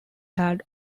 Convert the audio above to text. had